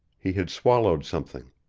he had swallowed something.